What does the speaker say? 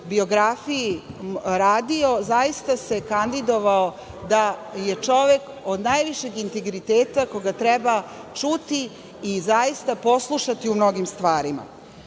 biografiji radio, zaista se kandidovao, da je čovek od najvišeg integriteta koga treba čuti i zaista poslušati u mnogim stvarima. Treba